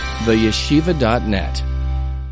theyeshiva.net